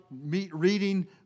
reading